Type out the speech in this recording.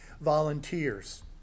volunteers